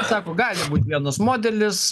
sako gali būt vienas modelis